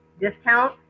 discount